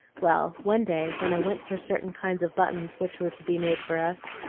well, one day when i went for certain kinds of buttons which were to be made for us,